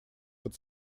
под